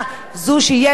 שיהיה טוהר,